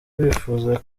bifuza